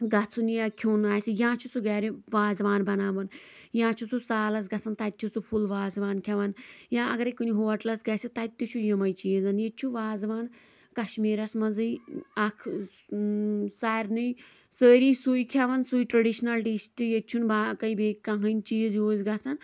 گژھُن یا کھین آسہِ یا چھُ سُہ وازوان بناوان یا چھُ سُہ سالس گژھان تتہِ چھُ سُہ فُل وازوان کھیوان یا اگرے کُنہِ ہوٹلس گژھِ تتہِ چھُ یِمٕے چیٖزن یتہٕ چھُ وازوان کشمیٖرس منٛزٕے اکھ سارنٕے سٲری سُے کھیوان سُے ٹرڈِشنل ڈِش ییٚتہِ چھُ نہٕ بییہِ باقی کٔہٕنۍ چیٖز یوٗز گژھان